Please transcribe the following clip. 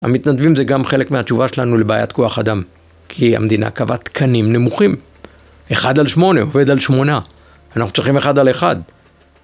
המתנדבים זה גם חלק מהתשובה שלנו לבעיית כוח אדם כי המדינה קבעת תקנים נמוכים אחד על שמונה עובד על שמונה אנחנו צריכים אחד על אחד